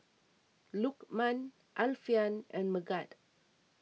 Lukman Alfian and Megat